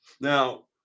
Now